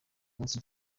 munsi